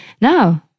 No